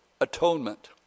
atonement